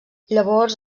llavors